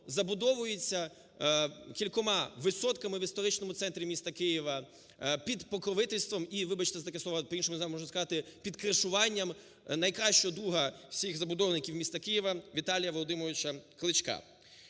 забудовується кількома висотками в історичному центрі міста Києва під покровительством і, вибачте за таке слово, по-іншому не знаю, можу сказати, під кришуванням найкращого друга всіх забудовників міста Києва Віталія Володимировича Кличка.